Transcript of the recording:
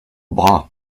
bras